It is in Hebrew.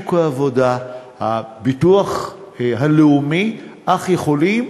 שוק העבודה, הביטוח הלאומי, יכולים